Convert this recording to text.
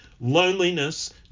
loneliness